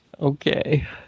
Okay